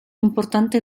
importante